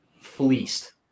fleeced